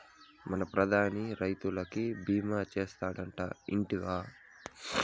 మన ప్రధాని రైతులకి భీమా చేస్తాడటా, ఇంటివా